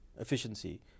efficiency